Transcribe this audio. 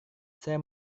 saya